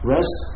Rest